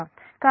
కాబట్టి ఇది 1